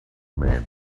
men